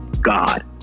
God